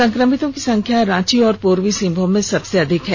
संक्रमितों की संख्या रांची और प्रर्वी सिंहभूम में सबसे अधिक है